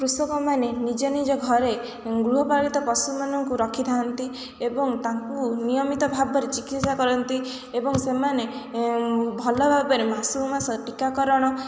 କୃଷକମାନେ ନିଜ ନିଜ ଘରେ ଗୃହପାଳିତ ପଶୁମାନଙ୍କୁ ରଖିଥାନ୍ତି ଏବଂ ତାଙ୍କୁ ନିୟମିତ ଭାବରେ ଚିକିତ୍ସା କରନ୍ତି ଏବଂ ସେମାନେ ଭଲ ଭାବରେ ମାସକୁ ମାସ ଟୀକାକରଣ